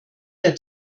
der